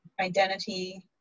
identity